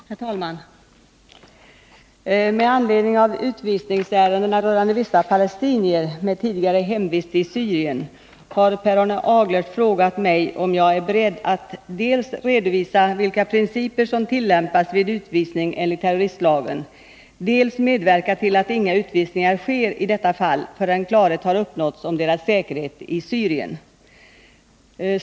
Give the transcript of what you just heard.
Herr talman! Med anledning av utvisningsärendena rörande vissa palestinier med tidigare hemvist i Syrien har Per Arne Aglert frågat mig om jag är beredd att dels redovisa vilka principer som tillämpas vid utvisning enligt terroristlagen, dels medverka till att inga utvisningar sker i detta fall förrän klarhet har uppnåtts om deras säkerhet i Syrien.